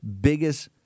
biggest